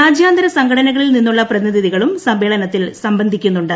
രാജ്യാന്തര സംഘടനകളിൽ നിന്നുള്ള പ്രതിനിധികളും സമ്മേളനത്തിൽ സംബന്ധിക്കുന്നുണ്ട്